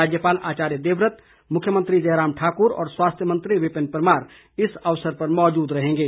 राज्यपाल आचार्य देवव्रत व मुख्यमंत्री जयराम ठाकुर और स्वास्थ्य मंत्री विपिन परमार इस अवसर पर मौजूद रहेंगे